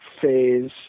phase